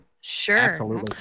Sure